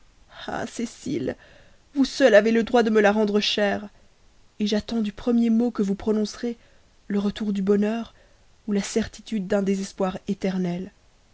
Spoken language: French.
ah cécile vous seule avez le droit de l'embellir de me la rendre chère j'attends du premier mot que vous prononcerez le retour du bonheur ou la certitude d'un désespoir éternel